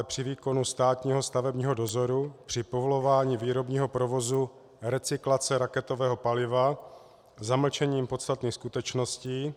Při výkonu státního stavebního dozoru při povolování výrobního provozu recyklace raketového paliva zamlčením podstatných skutečností.